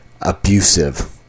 abusive